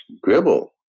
Gribble